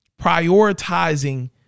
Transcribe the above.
Prioritizing